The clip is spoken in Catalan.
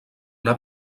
una